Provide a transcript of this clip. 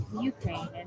Ukraine